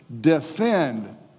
defend